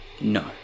No